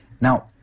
Now